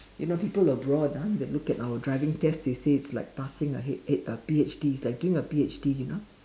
you know people abroad ah that look at our driving test they say is like passing a P_H_D it's llke doing a P_H_D you know